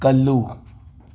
ꯀꯜꯂꯨ